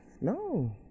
No